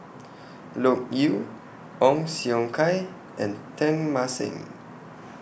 Loke Yew Ong Siong Kai and Teng Mah Seng